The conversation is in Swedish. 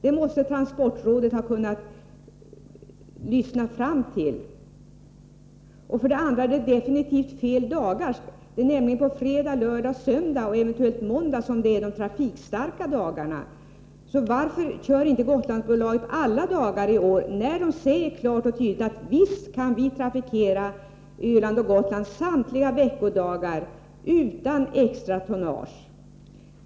Det måste transportrådet ha kunnat lyssna sig fram till. För det andra är det definitivt fel dagar. Det är nämligen fredag, lördag, söndag och eventuellt måndag som är de trafikstarka dagarna. Varför kör inte Gotlandsbolaget alla dagar i år? Bolaget säger ju klart och tydligt: Visst kan vi trafikera Öland och Gotland samtliga veckodagar utan extra tonnage.